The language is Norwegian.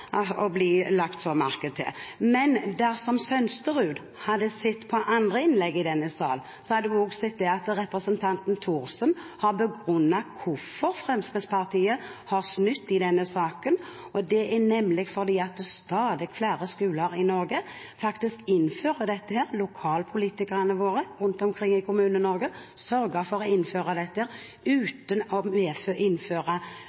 å bli lagt så merke til. Men dersom Sønsterud hadde sett på andre innlegg i denne salen, hadde hun sett at representanten Thorsen har begrunnet hvorfor Fremskrittspartiet har snudd i denne saken. Det er nemlig fordi stadig flere skoler i Norge innfører dette. Lokalpolitikerne våre rundt omkring i Kommune-Norge sørger for å innføre dette